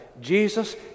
Jesus